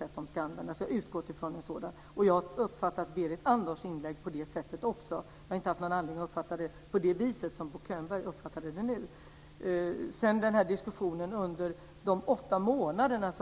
Jag har utgått från en sådan ordning, och jag har också uppfattat Berit Andnors inlägg på det sättet. Jag har inte haft någon anledning att uppfatta det på det viset som Bo Könberg uppfattade det. Bo Könberg hänvisade till diskussionen som fördes under åtta månader. Det